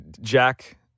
Jack